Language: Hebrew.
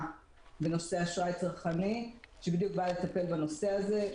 בנושא אשראי צרכני שבדיוק בא לטפל בנושא הזה,